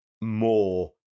more